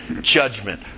judgment